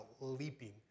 leaping